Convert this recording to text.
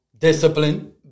Discipline